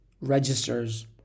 registers